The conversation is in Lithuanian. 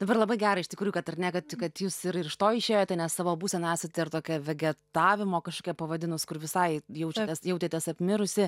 dabar labai gera iš tikrųjų kad ar ne kad kad jūs ir iš to išėjote ne savo būseną esat ir tokio vegetavimo kažkokia pavadinus kur visai jaučiatės jautėtės apmirusi